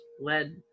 led